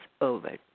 over